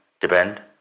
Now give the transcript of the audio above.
depend